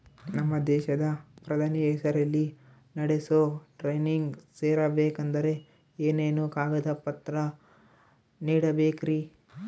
ನಮ್ಮ ದೇಶದ ಪ್ರಧಾನಿ ಹೆಸರಲ್ಲಿ ನಡೆಸೋ ಟ್ರೈನಿಂಗ್ ಸೇರಬೇಕಂದರೆ ಏನೇನು ಕಾಗದ ಪತ್ರ ನೇಡಬೇಕ್ರಿ?